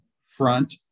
front